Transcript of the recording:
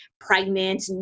pregnant